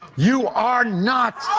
you are not